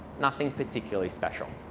nothing particularly special.